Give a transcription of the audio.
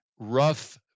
Rough